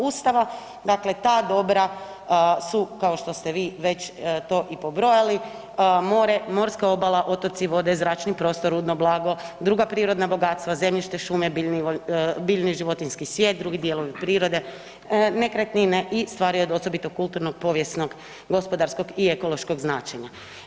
Ustava dakle ta dobra su kao što ste vi već to i pobrojali more, morska obala i otoci, vode, zračni prostor, rudno blago, druga prirodna bogatstva, zemljište, šume, biljni i životinjski svijet, drugi dijelovi prirode, nekretnine i stvari od osobito kulturno-povijesnog, gospodarskog i ekološkog značenja.